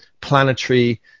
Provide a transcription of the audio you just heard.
planetary